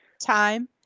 time